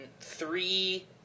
three